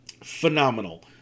phenomenal